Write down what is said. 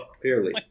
clearly